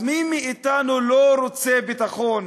מי מאתנו לא רוצה ביטחון?